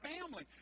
family